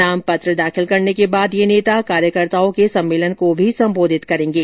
नामपत्र दाखिल करने के बाद ये नेता कार्यककर्ताओं के सम्मेलन को भी संबोधित करेंगे